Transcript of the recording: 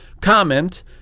comment